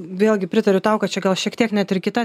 vėlgi pritariu tau kad čia gal šiek tiek net ir kita